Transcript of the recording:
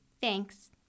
Thanks